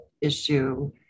issue